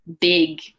big